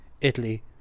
Italy